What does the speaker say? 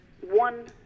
one